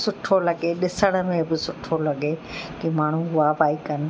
सुठो लॻे ॾिसण में बि सुठो लॻे कि माण्हू वाह वाही कनि